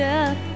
up